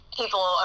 people